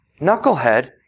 knucklehead